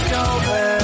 over